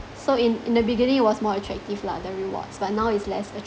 so in in the beginning it was more attractive lah the rewards but now is less attractive